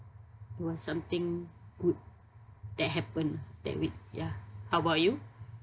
it was something good that happened ah that week ya how about you